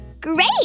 Great